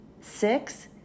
Six